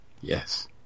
Yes